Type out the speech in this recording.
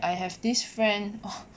I have this friend